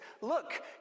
look